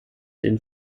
den